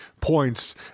points